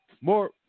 more